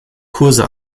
kurse